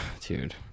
dude